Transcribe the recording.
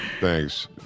Thanks